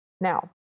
Now